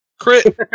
Crit